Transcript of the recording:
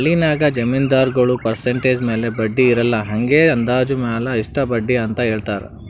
ಹಳ್ಳಿನಾಗ್ ಜಮೀನ್ದಾರಗೊಳ್ ಪರ್ಸೆಂಟ್ ಮ್ಯಾಲ ಬಡ್ಡಿ ಇರಲ್ಲಾ ಹಂಗೆ ಅಂದಾಜ್ ಮ್ಯಾಲ ಇಷ್ಟ ಬಡ್ಡಿ ಅಂತ್ ಹೇಳ್ತಾರ್